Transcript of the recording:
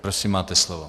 Prosím, máte slovo.